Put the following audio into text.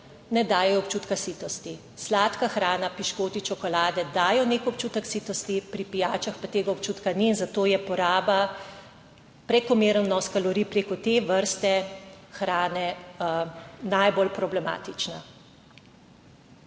ne dajo občutka sitosti, sladka hrana, piškoti, čokolade dajejo nek občutek sitosti, pri pijačah pa tega občutka ni in zato je poraba prekomeren vnos kalorij preko te vrste hrane najbolj problematična.